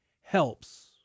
helps